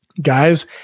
Guys